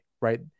Right